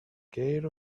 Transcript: gate